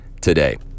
today